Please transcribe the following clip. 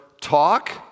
talk